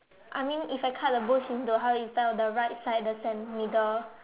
I mean if I cut the bush into half it fell the right side the cen~ middle